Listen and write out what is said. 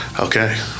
okay